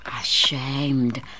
Ashamed